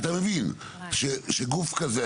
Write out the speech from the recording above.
אתה מבין שגוף כזה,